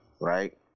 right